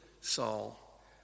Saul